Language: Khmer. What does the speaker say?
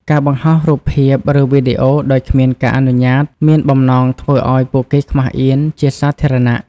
ការបង្ហោះរូបភាព ឬវីដេអូដោយគ្មានការអនុញ្ញាត មានបំណងធ្វើឲ្យពួកគេខ្មាសអៀនជាសាធារណៈ។